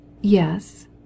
yes